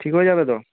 ঠিক হয়ে যাবে তো